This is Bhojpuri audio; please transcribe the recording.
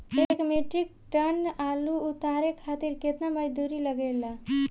एक मीट्रिक टन आलू उतारे खातिर केतना मजदूरी लागेला?